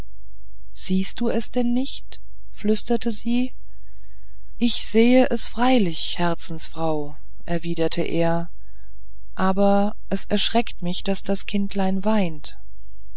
siehst du es denn nicht flüsterte sie ich sehe es freilich herzensfraue erwiderte er aber es erschreckt mich daß das kindlein weint